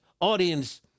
audience